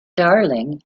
darling